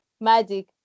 magic